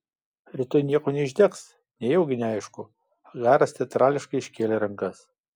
rytoj nieko neišdegs nejaugi neaišku agaras teatrališkai iškėlė rankas